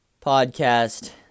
podcast